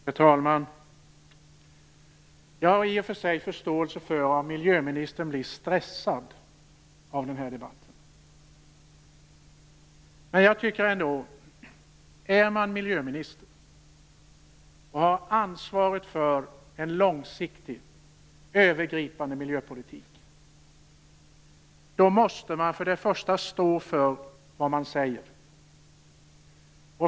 Herr talman! Jag har i och för sig förståelse för om miljöministern blir stressad av den här debatten. Men om man är miljöminister och har ansvaret för en långsiktig och övergripande miljöpolitik måste man för det första stå för det man säger.